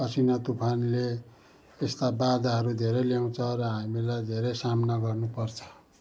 असिना तुफानले यस्ता बाधाहरू धेरै ल्याउँछ र हामीले धेरै सामना गर्नु पर्छ